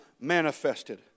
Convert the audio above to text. manifested